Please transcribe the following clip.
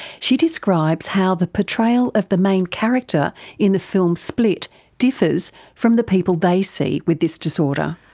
she describes how the portrayal of the main character in the film split differs from the people they see with this disorder.